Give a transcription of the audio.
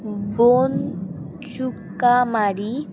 বোন চুকামারি